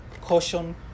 caution